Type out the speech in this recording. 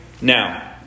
now